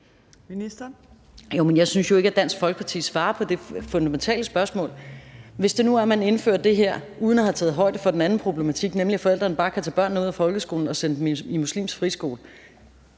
jeg synes ikke, at Dansk Folkeparti svarer på det fundamentale spørgsmål: Hvis det nu er, at man indfører det her uden at have taget højde for den anden problematik, nemlig at forældrene bare kan tage børnene ud af folkeskolen og sende dem i en muslimsk friskole,